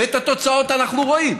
ואת התוצאות אנחנו רואים.